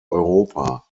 europa